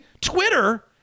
Twitter